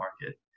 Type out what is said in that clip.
market